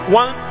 one